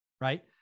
Right